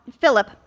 Philip